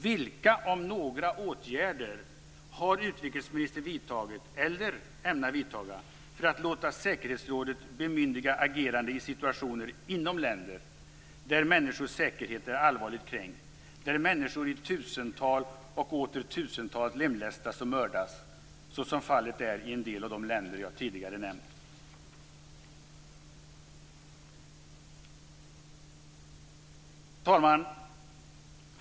Vilka, om några, åtgärder har utrikesministern vidtagit eller ämnar hon vidta för att låta säkerhetsrådet bemyndiga agerande i situationer inom länder där människors säkerhet är allvarligt kränkt, där människor i tusental och åter tusental lemlästas och mördas, såsom fallet är i en del av de länder jag tidigare nämnt? Fru talman!